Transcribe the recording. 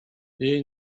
jej